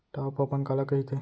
Top अपन काला कहिथे?